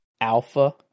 alpha